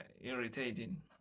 irritating